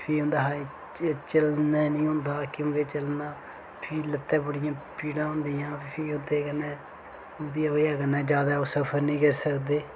फ्ही उन्दे कशा चलने नी होंदा क्योंकि चलना फ्ही लत्तै बड़ियां पीड़ां होंदियां फ्ही ओह्दे कन्नै उंदी बजह कन्नै ज्यादा ओह् सफर नी करी सकदे